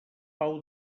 pau